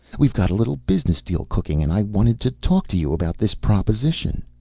we've got a little business deal cooking and i wanted to talk to you about this proposition.